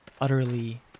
utterly